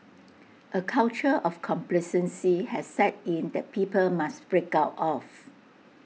A culture of complacency has set in that people must break out of